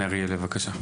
אריאל, בבקשה.